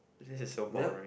this is so boring